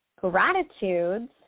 Gratitudes